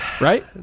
right